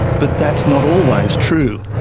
but that's not always true.